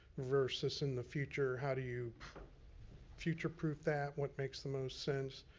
versus in the future. how do you future-proof that? what makes the most sense?